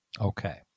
Okay